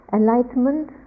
enlightenment